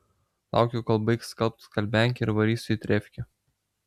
laukiu kol baigs skalbt skalbiankė ir varysiu į trefkę